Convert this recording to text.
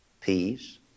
peace